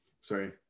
sorry